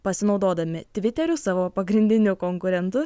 pasinaudodami tviteriu savo pagrindiniu konkurentu